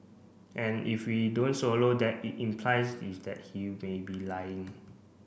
and if we don't swallow that it implies is that he may be lying